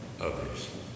others